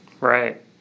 right